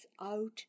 out